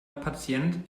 patient